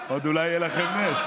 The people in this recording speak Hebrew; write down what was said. עוד אולי יהיה לכם נס.